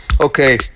Okay